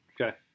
Okay